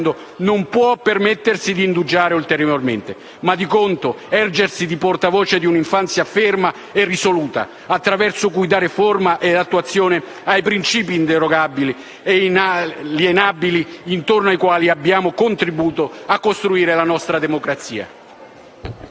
non può permettersi di indugiare ulteriormente e, di contro, necessita ergersi a portavoce di una iniziativa ferma e risoluta attraverso cui dare forma ed attuazioni a principi inderogabili e inalienabili intorno ai quali abbiamo costruito la nostra democrazia.